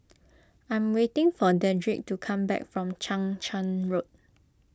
I'm waiting for Dedric to come back from Chang Charn Road